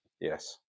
Yes